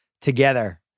together